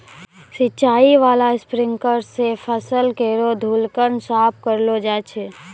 सिंचाई बाला स्प्रिंकलर सें फसल केरो धूलकण साफ करलो जाय छै